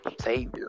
savior